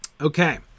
Okay